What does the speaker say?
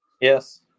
Yes